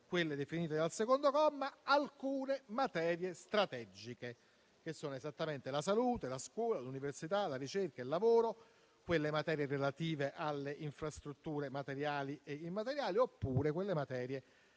statale (definite dal secondo comma) alcune materie strategiche (che sono esattamente la salute, la scuola, l'università, la ricerca, il lavoro, le infrastrutture materiali e immateriali oppure quelle